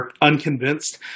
unconvinced